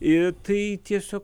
ir tai tiesiog